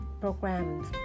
programs